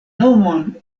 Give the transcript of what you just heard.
nomon